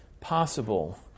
possible